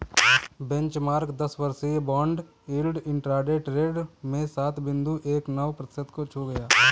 benchmark दस वर्षीय bond yield intraday trade में सात बिंदु एक नौ प्रतिशत को छू गया